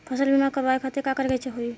फसल बीमा करवाए खातिर का करे के होई?